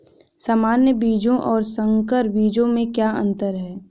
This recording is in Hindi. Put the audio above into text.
सामान्य बीजों और संकर बीजों में क्या अंतर है?